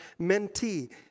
mentee